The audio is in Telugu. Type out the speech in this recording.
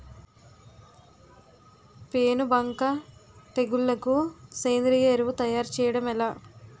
పేను బంక తెగులుకు సేంద్రీయ ఎరువు తయారు చేయడం ఎలా?